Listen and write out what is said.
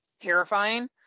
terrifying